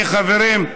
חברים,